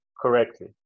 correctly